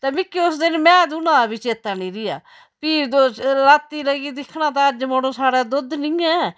ते मिकी उस दिन मैंह् दूह्ना दा बी चेत्ता नी रेहा फ्ही रात्तीं लगी दिक्खना तां अज्ज मड़ो साढ़ै दुद्ध नी ऐ